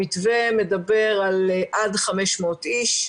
המתווה מדבר על עד 500 איש,